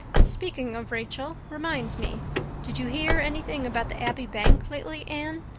speaking of rachel reminds me did you hear anything about the abbey bank lately, anne?